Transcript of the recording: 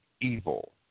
evil